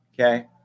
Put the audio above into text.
Okay